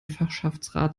fachschaftsrat